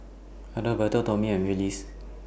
Adalberto Tomie and Willis